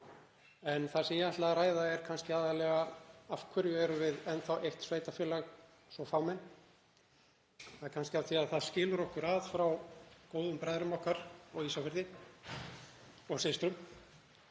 En það sem ég ætlaði að ræða er kannski aðallega: Af hverju erum við enn þá eitt sveitarfélag, svo fámenn? Það er kannski af því að það skilur okkur að frá góðum bræðrum okkar á Ísafirði, og systrum,